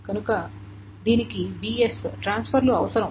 కనుక దీనికి bs ట్రాన్స్ఫర్లు అవసరం